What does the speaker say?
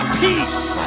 peace